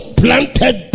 planted